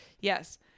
Yes